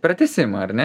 pratęsimą ar ne